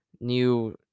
new